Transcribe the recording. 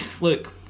look